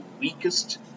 weakest